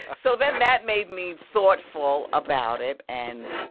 ah so then that made me thoughtful about it. and,